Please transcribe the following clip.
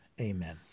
Amen